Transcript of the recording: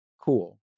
Cool